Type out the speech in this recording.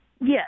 Yes